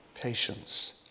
patience